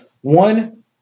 one